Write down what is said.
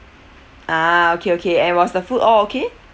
ah okay okay and was the food all okay